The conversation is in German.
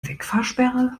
wegfahrsperre